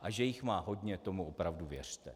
A že jich má hodně, tomu opravdu věřte.